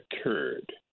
occurred